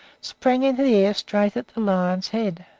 sprang into the air straight at the lion's head.